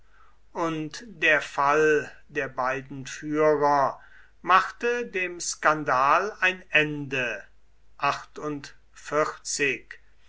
und der fall der beiden führer machte dem skandal ein ende